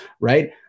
right